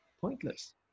pointless